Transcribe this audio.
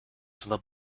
the